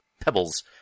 pebbles